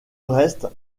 reste